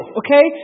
okay